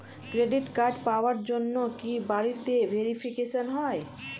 Credit card পাওয়ার জন্য কি বাড়িতে ভেরিফিকেশন হয়?